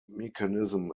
mechanism